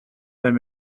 but